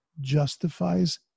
justifies